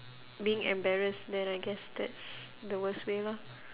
being embarrassed then I guess that's the worst way lah